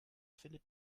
findet